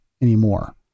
anymore